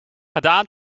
gedaan